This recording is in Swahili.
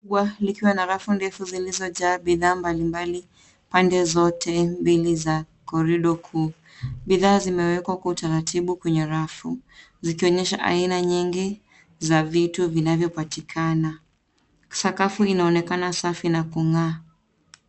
Duka kubwa likiwa na rafu ndefu zilizojaa bidhaa mbalimbali pande zote mbili za korido kuu. Bidhaa zimewekwa kwa utaratibu kwenye rafu zikionyesha aina nyingi za vitu zinazopatikana. Sakafu inaonekana safi na kung'aa.